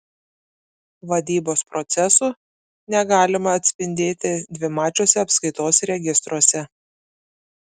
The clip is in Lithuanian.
vadybos procesų negalima atspindėti dvimačiuose apskaitos registruose